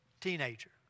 teenager